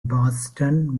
boston